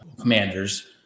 Commanders